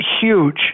huge